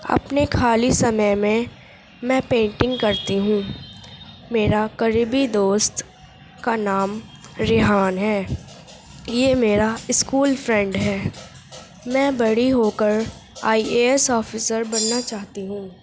اپنے خالی سمئے میں میں پینٹنگ کرتی ہوں میرا قریبی دوست کا نام ریحان ہے یہ میرا اسکول فرینڈ ہے میں بڑی ہو کر آئی اے ایس آفیسر بننا چاہتی ہوں